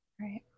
Right